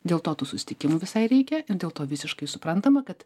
dėl to tų susitikimų visai reikia ir dėl to visiškai suprantama kad